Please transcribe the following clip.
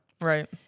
Right